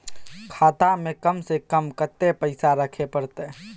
खाता में कम से कम कत्ते पैसा रखे परतै?